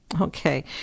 Okay